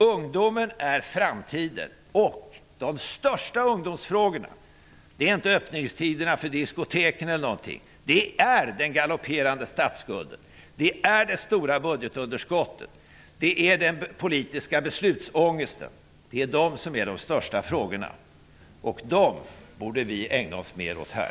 Ungdomen är framtiden. De största ungdomsfrågorna är inte öppningstiderna för diskotek, utan den galopperande statsskulden, det stora budgetunderskottet, den politiska beslutsångesten. Det är de största frågorna. Dem borde vi ägna oss mer åt här.